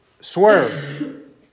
swerve